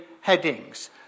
headings